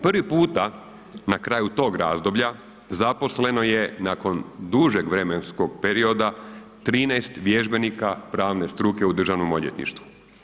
Prvi puta na kraju tog razdoblja zaposleno je nakon dužeg vremenskog perioda 13 vježbenika pravne struke u državnom odvjetništvu.